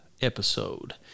episode